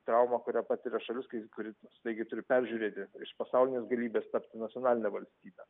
traumą kurią patiria šalis kai kuri staigiai turi peržiūrėti iš pasaulinės galybės tapti nacionaline valstybe